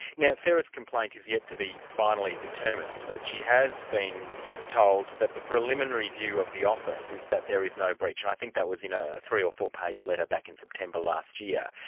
now sara's complaint is yet to be finally determined, but she has been told that the preliminary view of the office is that there is no breach, and i think that was in a three or four page letter back in september last year.